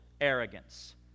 arrogance